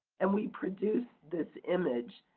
and we produce this image.